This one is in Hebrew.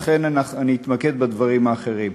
ולכן אתמקד בדברים האחרים.